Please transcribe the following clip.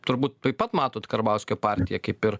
turbūt taip pat matot karbauskio partiją kaip ir